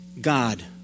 God